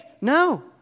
No